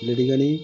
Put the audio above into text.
লেডিকেনি